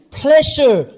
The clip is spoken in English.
pleasure